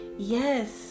Yes